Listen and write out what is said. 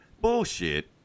bullshit